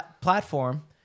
platform